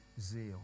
zeal